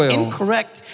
incorrect